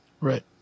Right